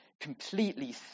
completely